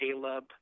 Caleb